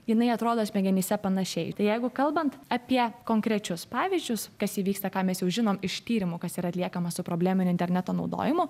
jinai atrodo smegenyse panašiai tai jeigu kalbant apie konkrečius pavyzdžius kas įvyksta ką mes jau žinom iš tyrimo kas yra atliekamas su probleminiu interneto naudojimu